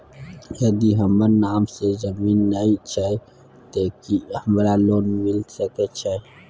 यदि हमर नाम से ज़मीन नय छै ते की हमरा लोन मिल सके छै?